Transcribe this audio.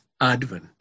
Advent